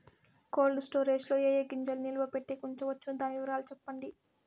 Cold storage లో ఏ ఏ గింజల్ని నిలువ పెట్టేకి ఉంచవచ్చును? దాని వివరాలు సెప్పండి?